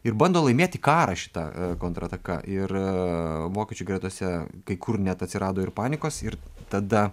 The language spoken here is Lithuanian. ir bando laimėti karą šita kontrataka ir vokiečių gretose kai kur net atsirado ir panikos ir tada